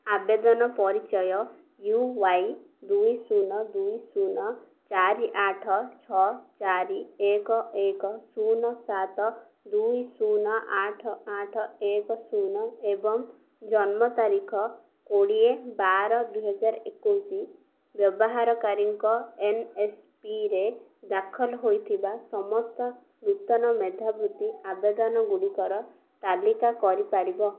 ଆବେଦନ ପରିଚୟ U Y ଦୁଇ ଶୂନ ଦୁଇ ଶୂନ ଚାରି ଆଠ ଛଅ ଚାରି ଏକ ଏକ ଶୂନ ସାତ ଦୁଇ ଶୂନ ଆଠ ଆଠ ଏକ ଶୂନ ଏବଂ ଜନ୍ମ ତାରିଖ କୋଡ଼ିଏ ବାର ଦୁଇହଜାର ଏକୋଉସି ବ୍ୟବହାରକାରୀଙ୍କ ଏନ୍ ଏସ୍ ପି ରେ ଦାଖଲ ହୋଇଥିବା ସମସ୍ତ ନୂତନ ମେଧାବୃତ୍ତି ଆବେଦନ ଗୁଡ଼ିକର ତାଲିକା କରିପାରିବ